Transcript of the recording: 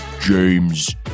James